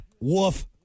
woof